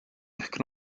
ehk